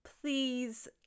please